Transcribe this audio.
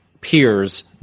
peers